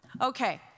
Okay